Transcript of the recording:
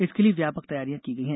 इसके लिये व्यापक तैयारियां की गई हैं